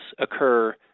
occur